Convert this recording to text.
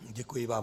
Děkuji vám.